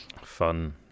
Fun